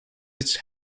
its